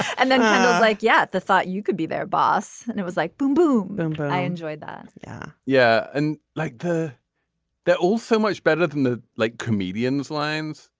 and then like yeah. the thought you could be their boss. and it was like boom boom boom boom. i enjoyed that yeah yeah. and like the they're also much better than the like comedians lines.